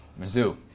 Mizzou